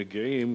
מגיעים